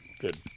Good